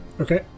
Okay